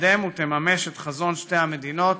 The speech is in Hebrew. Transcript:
שתקדם ותממש את חזון שתי המדינות,